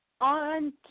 on